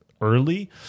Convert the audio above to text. early